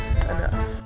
enough